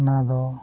ᱚᱱᱟ ᱫᱚ